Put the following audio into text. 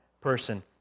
person